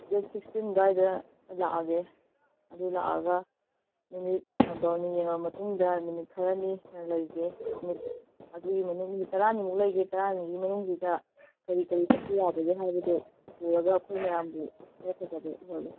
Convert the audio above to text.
ꯗꯦꯗ sixteen ꯑꯗꯥꯏꯗ ꯂꯥꯛꯑꯒꯦ ꯑꯗꯨ ꯂꯥꯛꯑꯒ ꯅꯨꯃꯤꯠ ꯑꯥ ꯕꯥꯔꯨꯅꯤ ꯌꯦꯡꯉꯕ ꯃꯇꯨꯡꯗ ꯅꯨꯃꯤꯠ ꯈꯔꯅꯤ ꯂꯩꯒꯦ ꯅꯨꯃꯤꯠ ꯑꯗꯨꯒꯤ ꯃꯅꯨꯡ ꯇꯔꯥꯅꯤꯃꯨꯛ ꯂꯩꯒꯦ ꯇꯔꯥꯅꯤꯒꯤ ꯃꯅꯨꯡꯁꯤꯗ ꯀꯔꯤ ꯀꯔꯤ ꯆꯠꯄ ꯌꯥꯕꯒꯦ ꯍꯥꯏꯕꯗꯣ ꯄꯨꯔꯒ ꯑꯩꯈꯣꯏ ꯃꯌꯥꯝꯕꯨ ꯈꯔ ꯐꯖꯕ ꯎꯍꯜꯂꯨ